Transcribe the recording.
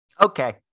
Okay